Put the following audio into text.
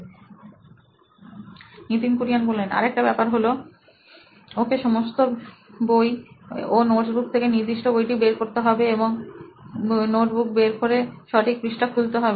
Nitin Kurian C O O নোইন electronics আরেকটা ব্যাপার হলো ওকে ওর সমস্ত বই ও নোটবুক থেকে নির্দি ষ্ট বইটি বের করতে হবে এবং নোটবুক বের করে সঠিক পৃষ্ঠা খুলতে হবে